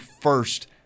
first